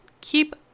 keep